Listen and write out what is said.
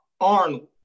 Arnold